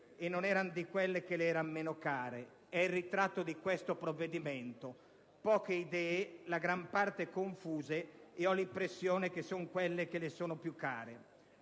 e non erano di quelle che le erano meno care. È il ritratto di questo provvedimento: poche idee, la gran parte confuse e che - ho l'impressione - sono quelle che le sono più care.